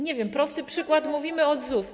Nie wiem, prosty przykład - mówimy o ZUS.